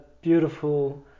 beautiful